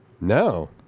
No